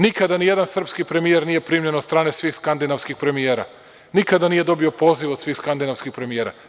Nikada nijedan srpski premijer nije primljen od strane svih skandinavskih premijera, nikada nije dobio poziv od svih skandinavskih premijera.